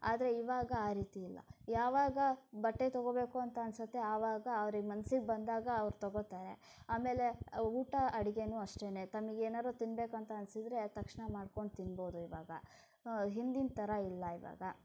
ಆದರೆ ಇವಾಗ ಆ ರೀತಿ ಇಲ್ಲ ಯಾವಾಗ ಬಟ್ಟೆ ತಗೋಬೇಕು ಅಂತ ಅನಿಸತ್ತೆ ಆವಾಗ ಅವರಿಗೆ ಮನಸ್ಸಿಗೆ ಬಂದಾಗ ಅವರು ತೊಗೋತಾರೆ ಆಮೇಲೆ ಊಟ ಅಡಿಗೆಯೂ ಅಷ್ಟೆ ತಮಗೇನಾದ್ರೂ ತಿನ್ನಬೇಕು ಅಂತ ಅನಿಸಿದ್ರೆ ತಕ್ಷಣ ಮಾಡಿಕೊಂಡು ತಿನ್ಬೋದು ಇವಾಗ ಹಿಂದಿನ ಥರ ಇಲ್ಲ ಇವಾಗ